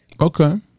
Okay